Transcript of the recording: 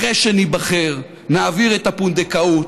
אחרי שניבחר נעביר את חוק הפונדקאות,